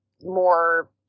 more